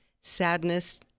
sadness